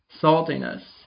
saltiness